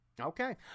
Okay